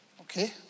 Okay